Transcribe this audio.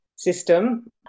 system